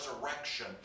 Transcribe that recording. resurrection